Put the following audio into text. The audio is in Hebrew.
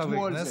רק חברי כנסת?